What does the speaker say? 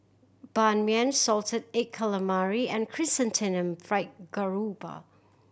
Ban Mian salted egg calamari and Chrysanthemum Fried Garoupa